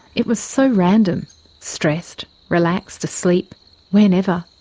it was so random stressed, relaxed, asleep, whenever,